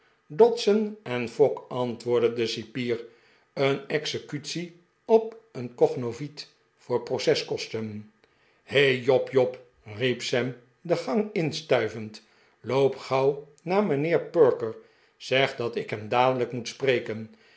dodson en fogg antwoordde de cipier een executie op een cognovit voor proceskosten he job job riep sam de gang instuivend loop gauw naar mijnheer perker zeg dat ik hem dadelijk moet spreken